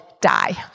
die